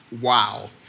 Wow